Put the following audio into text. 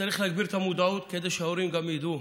צריך להגביר את המודעות כדי שגם הורים ידעו